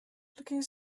looking